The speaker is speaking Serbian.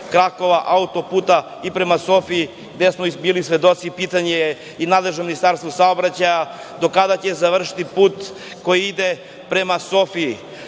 autokrakova, autoputa i prema Sofiji gde smo bili svedoci. Pitanje je i za nadležnog ministra saobraćaja – do kada će završiti put koji ide prema Sofiji?